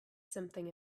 something